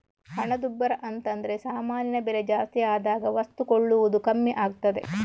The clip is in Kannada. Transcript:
ಹಣದುಬ್ಬರ ಅಂತದ್ರೆ ಸಾಮಾನಿನ ಬೆಲೆ ಜಾಸ್ತಿ ಆದಾಗ ವಸ್ತು ಕೊಳ್ಳುವುದು ಕಮ್ಮಿ ಆಗ್ತದೆ